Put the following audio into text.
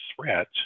threat